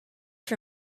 for